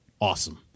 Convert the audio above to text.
awesome